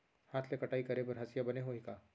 हाथ ले कटाई करे बर हसिया बने होही का?